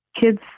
kids